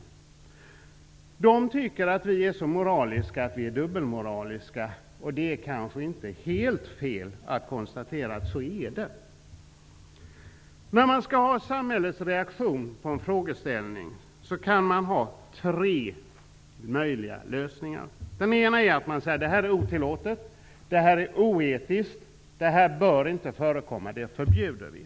U-ländernas representanter tycker att vi är så moraliska att vi är dubbelmoraliska, och det är kanske inte helt fel att konstatera att så är fallet. När man vill ha samhällets reaktion på en frågeställning, kan man ha tre möjliga lösningar. Den ena innebär att man säger att det här är otillåtet, det här är oetiskt, det här bör inte förekomma så det förbjuder vi.